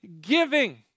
giving